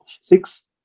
Six